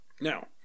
Now